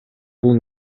бул